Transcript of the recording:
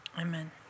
Amen